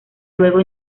luego